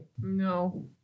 No